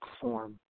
form